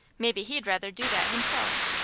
maybe he'd rather do that himself.